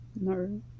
No